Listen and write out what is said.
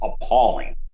appalling